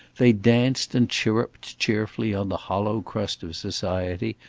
they danced and chirruped cheerfully on the hollow crust of society,